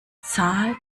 zahl